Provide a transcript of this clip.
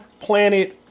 planet